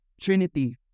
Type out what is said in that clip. Trinity